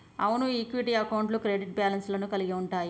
అవును ఈక్విటీ అకౌంట్లు credit balance లను కలిగి ఉంటయ్యి